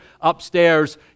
upstairs